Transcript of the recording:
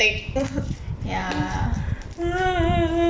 ya